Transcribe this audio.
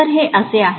तर हे असे आहे